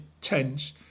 tense